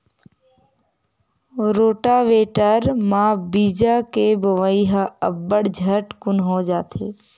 rotavator म बीजा के बोवई ह अब्बड़ झटकुन हो जाथे